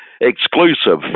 Exclusive